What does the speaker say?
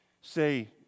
say